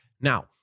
Now